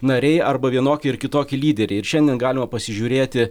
nariai arba vienokie ir kitokie lyderiai ir šiandien galima pasižiūrėti